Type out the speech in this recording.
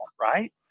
Right